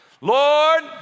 Lord